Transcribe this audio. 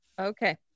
Okay